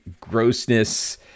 grossness